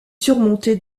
surmonté